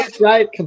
right